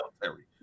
military